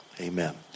amen